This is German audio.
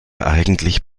eigentlich